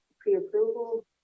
Pre-approval